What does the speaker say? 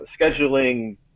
scheduling